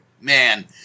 Man